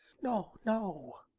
no, no,